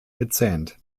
gezähnt